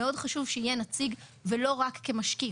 מאוד חשוב שיהיה נציג ולא רק כמשקיף.